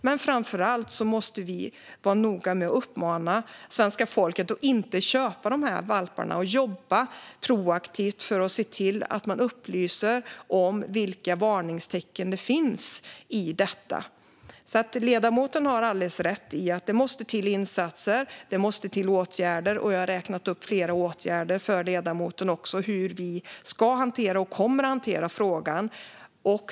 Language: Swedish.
Men framför allt måste vi vara noga med att uppmana svenska folket att inte köpa dessa valpar. Vi måste jobba proaktivt för att se till att upplysa om vilka varningstecken som finns. Ledamoten har alldeles rätt i att det måste till insatser och åtgärder. Jag har räknat upp flera åtgärder för ledamoten som handlar om hur vi ska hantera och kommer att hantera frågan.